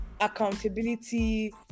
accountability